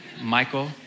Michael